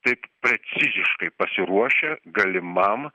taip preciziškai pasiruošę galimam